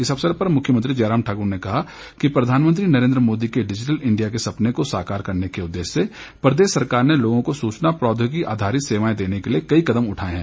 इस अवसर पर मुख्यमंत्री जयराम ठाकुर ने कहा कि प्रधानमंत्री नरेन्द्र मादी के डिजिटल इंडिया के सपने को साकार करने के उददेश्य से प्रदेश सरकार ने लोगों को सूचना प्रौद्योगिकी आधारित सेवाए देने के लिए कई कदम उठाए हैं